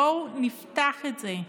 בואו נפתח את זה.